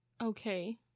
Okay